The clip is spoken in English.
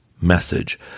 message